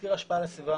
לתסקיר השפעה על הסביבה,